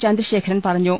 ചന്ദ്രശേഖരൻ പറഞ്ഞു